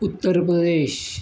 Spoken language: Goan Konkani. उत्तर प्रदेश